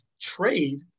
trade